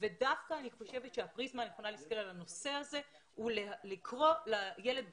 ודווקא אני חושבת שהפריזמה יכולה להסתכל על הנושא הזה ולקרוא לילד בשמו,